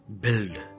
Build